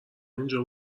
اینجا